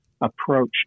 approach